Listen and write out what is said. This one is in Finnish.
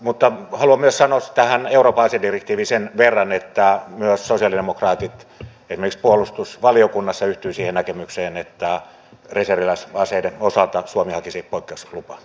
haluan myös sanoa tähän euroopan asedirektiiviin liittyen sen verran että myös sosialidemokraatit esimerkiksi puolustusvaliokunnassa yhtyivät siihen näkemykseen että reserviläisaseiden osalta suomi hakisi poikkeuslupaa